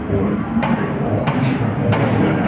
and wanna create a law. you should run for president